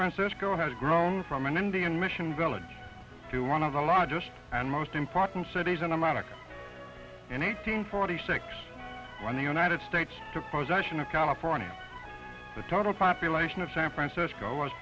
francisco has grown from an indian mission village to one of the largest and most important cities in america in eighteen forty six when the united states to causation of california the total population of san francisco was